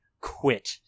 quit